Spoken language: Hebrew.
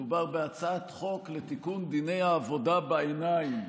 מדובר בהצעת חוק לתיקון דיני העבודה בעיניים,